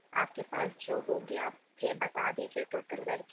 आपके पास जो होंगी आप फिर बता दीजिए टोटल करके